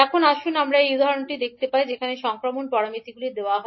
এখন আসুন আমরা অন্য উদাহরণটি দেখতে পাই যেখানে সংক্রমণ প্যারামিটারগুলি দেওয়া হয়